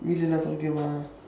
mah